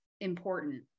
important